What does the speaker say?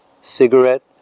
cigarette